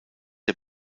der